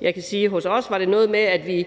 Jeg kan sige, at hos os var det noget med, at